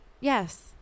Yes